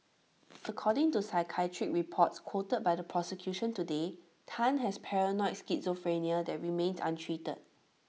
according to psychiatric reports quoted by the prosecution today Tan has paranoid schizophrenia that remains untreated